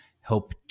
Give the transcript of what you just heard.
help